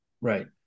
Right